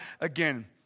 again